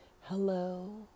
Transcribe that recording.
Hello